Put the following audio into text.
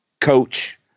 coach